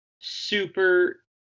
super